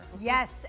Yes